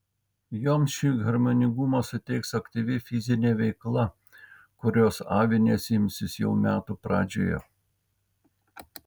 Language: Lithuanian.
joms šį harmoningumą suteiks aktyvi fizinė veikla kurios avinės imsis jau metų pradžioje